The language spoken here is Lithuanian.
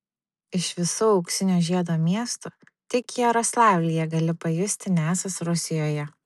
iš visų auksinio žiedo miestų tik jaroslavlyje gali pajusti nesąs rusijoje